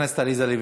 תודה.